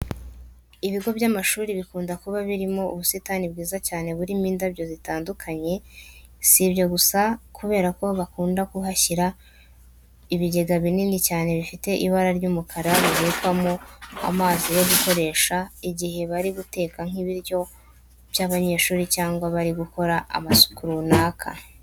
Ibigo by'amashuri bikunda kuba birimo ubusitani bwiza cyane burimo indabyo zitandukanye. Si ibyo gusa kubera ko bakunda no kuhashyira ibigega binini cyane bifite ibara ry'umukara bibikwamo amazi yo gukoresha igihe bari guteka nk'ibiryo by'abanyeshuri cyangwa bari gukora amasuku runaka.